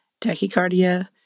tachycardia